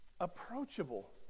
approachable